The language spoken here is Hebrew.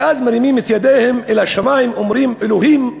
ואז מרימים את ידיהם אל השמים ואומרים: אלוהים,